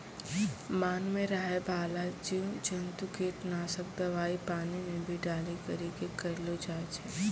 मान मे रहै बाला जिव जन्तु किट नाशक दवाई पानी मे भी डाली करी के करलो जाय छै